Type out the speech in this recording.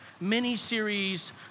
mini-series